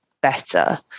better